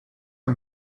are